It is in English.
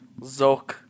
Zok